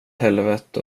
helvete